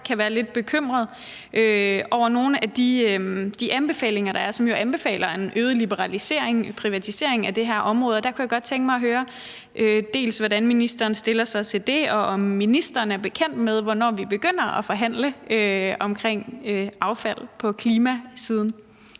kan være lidt bekymret over nogle af dem, som jo anbefaler en øget liberalisering, en privatisering af det her område. Der kunne jeg godt tænke mig at høre, dels hvordan ministeren stiller sig til det, dels om ministeren er bekendt med, hvornår vi begynder at forhandle om affald på klimasiden.